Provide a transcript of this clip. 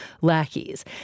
lackeys